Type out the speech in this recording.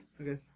Okay